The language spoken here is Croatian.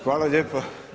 Hvala lijepa.